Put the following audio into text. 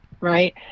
right